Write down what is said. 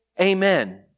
amen